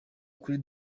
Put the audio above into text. kuri